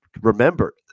remember